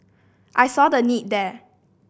I saw the need there